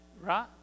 right